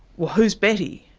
well who's betty?